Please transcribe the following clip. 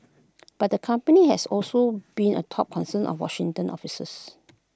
but the company has also been A top concern of Washington officials